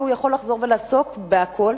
והוא יכול לחזור ולעסוק בכול.